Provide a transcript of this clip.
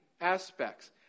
aspects